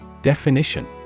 Definition